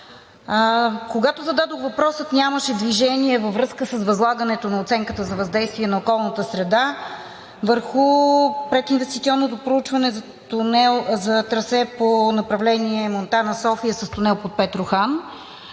когато зададох въпроса, нямаше движение във връзка с възлагането на оценката на въздействието върху околната среда върху прединвестиционното проучване за трасе по направление Монтана – София с тунел под Петрохан.